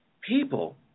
people